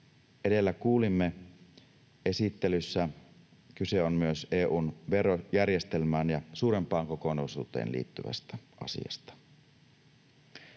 edellä kuulimme esittelyssä, kyse on myös EU:n verojärjestelmään ja suurempaan kokonaisuuteen liittyvästä asiasta.